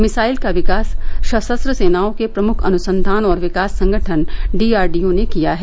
missile का विकास सशस्त्र सेनाओं के प्रमुख अनुसंधान और विकास संगठन डी आर डी ओ ने किया है